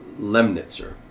Lemnitzer